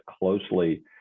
closely